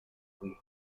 qui